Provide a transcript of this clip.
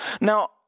Now